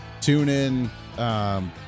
TuneIn